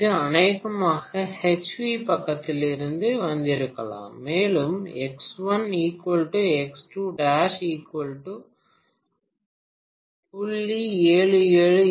இது அநேகமாக HV பக்கத்திலிருந்து வந்திருக்கலாம் மேலும் X1 X2 ' 0